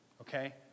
okay